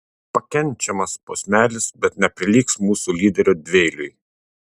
pakenčiamas posmelis bet neprilygs mūsų lyderio dvieiliui